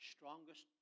Strongest